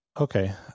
Okay